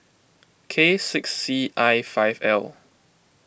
K six C I five L